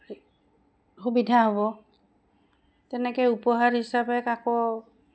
সুবিধা হ'ব তেনেকৈ উপহাৰ হিচাপে কাকো